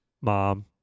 mom